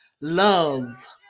Love